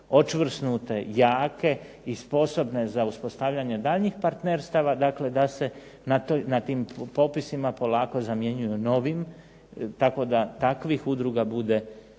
očvrsnute, jake i sposobne za uspostavljanje daljnjih partnerstava. Dakle, da se na tim popisima polako zamjenjuju novim, tako da takvih udruga bude